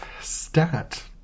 stat